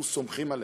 אנחנו סומכים עליהם.